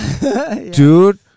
Dude